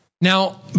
Now